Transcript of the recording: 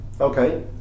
okay